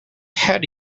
had